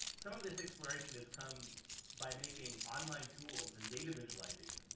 some of this exploration has come by making online tools in data visualization.